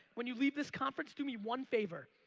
when you leave this conference do me one favor.